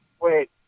Wait